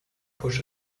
push